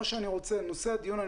נושא הדיון,